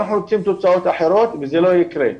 שאנחנו רוצים תוצאות אחרות אבל זה לא יקרה.